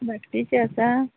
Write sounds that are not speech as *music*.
*unintelligible* आसा